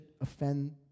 offend